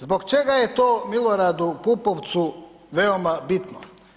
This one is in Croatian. Zbog čega je to Miloradu Pupovcu veoma bitno?